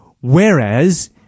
whereas